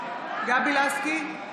נגד יאיר לפיד,